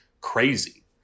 crazy